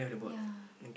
ya